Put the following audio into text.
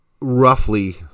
roughly